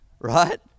Right